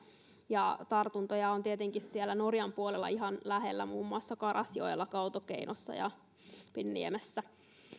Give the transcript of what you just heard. ja tartuntoja on tietenkin siellä norjan puolella ihan lähellä muun muassa karasjoella ja kautokeinossa